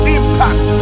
impact